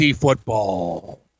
football